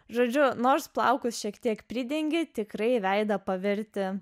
žodžiu nors plaukus šiek tiek pridengė tikrąjį veidą paverti